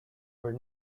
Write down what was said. were